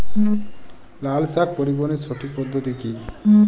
লালশাক পরিবহনের সঠিক পদ্ধতি কি?